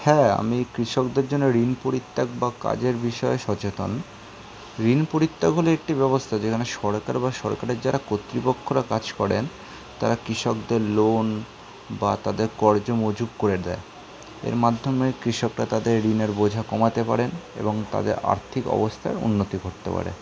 হ্যাঁ আমি কৃষকদের জন্য ঋণ পরিত্যাগ বা কাজের বিষয়ে সচেতন ঋণ পরিত্যাগ হলো একটি ব্যবস্থা যেখানে সরকার বা সরকারের যারা কর্তৃপক্ষরা কাজ করেন তারা কৃষকদের লোন বা তাদের কর্জ মকুব করে দেয় এর মাধ্যমে কৃষকরা তাদের ঋণের বোঝা কমাতে পারেন এবং তাদের আর্থিক অবস্থার উন্নতি ঘটতে পারে